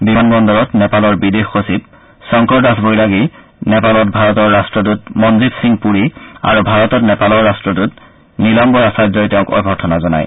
বিমান বন্দৰত নেপালৰ বিদেশ সচিব শংকৰ দাস বৈৰাগী নেপালত ভাৰতৰ ৰাষ্টদূত মঞ্জিব সিং পুৰী আৰু ভাৰতত নেপালৰ ৰাট্টদূত নিলাম্বৰ আচাৰ্যই তেওঁক অভ্যৰ্থনা জনায়